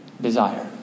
desire